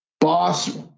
Boss